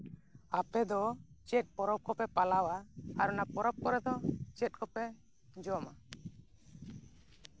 ᱟᱯᱮ ᱫᱚ ᱪᱮᱫ ᱯᱚᱨᱚᱵᱽ ᱠᱚᱯᱮ ᱯᱟᱞᱟᱣᱟ ᱟᱨ ᱯᱚᱨᱚᱵᱽ ᱠᱚᱨᱮ ᱫᱚ ᱪᱮᱫ ᱠᱚᱯᱮ ᱡᱚᱢᱟ